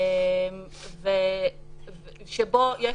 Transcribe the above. שבו יש